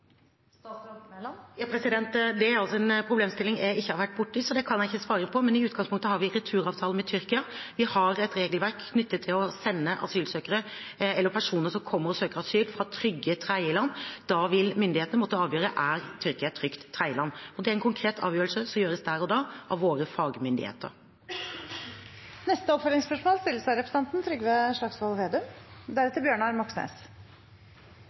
Det er en problemstilling jeg ikke har vært borti, så det kan jeg ikke svare på, men i utgangspunktet har vi returavtale med Tyrkia. Vi har et regelverk knyttet til å sende tilbake personer som kommer og søker asyl fra trygge tredjeland. Da vil myndighetene måtte avgjøre om Tyrkia er et trygt tredjeland. Det er en konkret avgjørelse som gjøres der og da av våre fagmyndigheter. Trygve Slagsvold Vedum – til oppfølgingsspørsmål. I 2015 var det Anders Anundsen som var justisminister, og i starten av